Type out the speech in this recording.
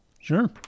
Sure